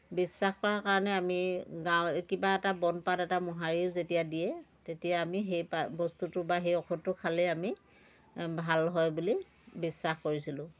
বিশ্বাস কাৰণে আমি কিবা এটা বনপাত এটা মোহাৰিও যেতিয়া দিয়ে তেতিয়া আমি সেই পা বস্তুটো বা সেই ঔষধটো খালেই আমি ভাল হয় বুলি বিশ্বাস কৰিছিলোঁ